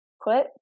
quit